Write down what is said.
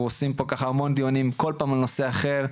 אנחנו עושים פה ככה המון דיונים כל פעם על נושא אחר,